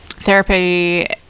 therapy